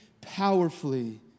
powerfully